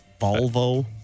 Volvo